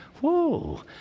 Whoa